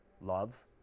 Love